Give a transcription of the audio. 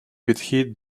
підхід